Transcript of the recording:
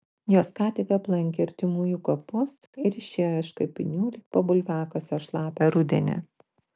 jos ką tik aplankė artimųjų kapus ir išėjo iš kapinių lyg po bulviakasio šlapią rudenį